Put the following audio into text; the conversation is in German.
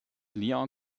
lyon